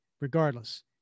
Regardless